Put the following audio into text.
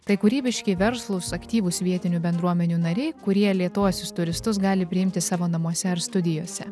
tai kūrybiški verslūs aktyvūs vietinių bendruomenių nariai kurie lėtuosius turistus gali priimti savo namuose ar studijose